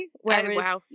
Whereas